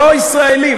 לא ישראלים,